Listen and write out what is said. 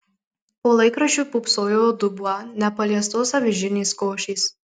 po laikraščiu pūpsojo dubuo nepaliestos avižinės košės